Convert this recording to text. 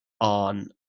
on